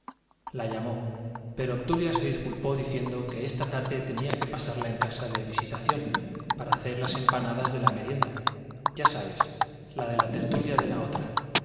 la llamó pero obdulia se disculpó diciendo que esta tarde tenía que pasarla en casa de visitación para hacer las empanadas de la merienda ya sabes la de la tertulia de la otra